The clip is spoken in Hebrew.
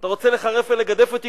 אתה רוצה לחרף ולגדף אותי,